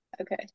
okay